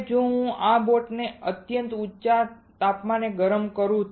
હવે જો હું આ બોટને અત્યંત ઊંચા તાપમાને ગરમ કરું